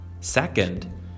Second